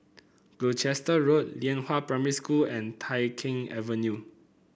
Gloucester Road Lianhua Primary School and Tai Keng Avenue